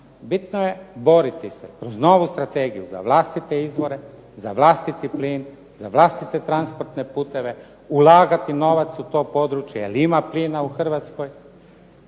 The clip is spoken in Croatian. Bitno je boriti se, kroz novu strategiju za vlastite izvore, za vlastiti plin, za vlastite transportne puteve, ulagati novac u to područje jer ima plina u Hrvatskoj,